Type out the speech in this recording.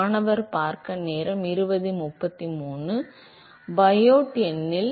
மாணவர் எனவே பயோட் எண்ணில்